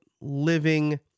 living